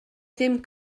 ddim